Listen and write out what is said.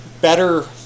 better